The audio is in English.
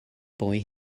boy